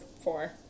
four